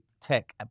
tech